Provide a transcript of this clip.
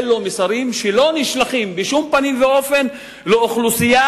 אלו מסרים שלא נשלחים בשום פנים ואופן לאוכלוסייה